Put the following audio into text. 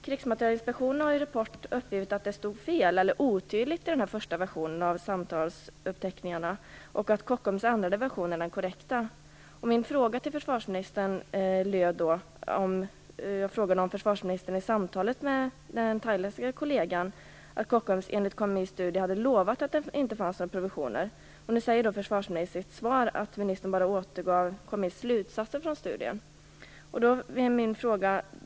Krigsmaterielinspektionen har i en rapport uppgivit att det stod fel eller otydligt i den första versionen av samtalsuppteckningarna och att Kockums ändrade version är den korrekta. Min fråga till försvarsministern löd om försvarsministern i samtalet med den thailändske kollegan uppgav att Kockums enligt KMI:s studie hade lovat att det inte fanns några provisioner. Försvarsministern säger nu i sitt svar att han bara återgav KMI:s slutsatser från studien.